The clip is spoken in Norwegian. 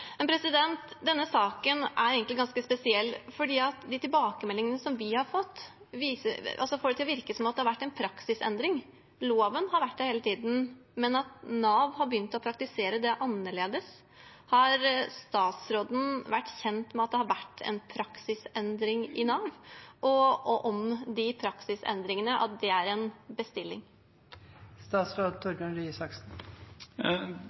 Denne saken er egentlig ganske spesiell, for ut fra de tilbakemeldingene vi har fått, virker det som om det har vært en praksisendring – at loven har vært der hele tiden, men at Nav har begynt å praktisere det annerledes. Er statsråden kjent med at det har vært en praksisendring i Nav, og om de praksisendringene er en bestilling? Nå må jeg svare sånn at det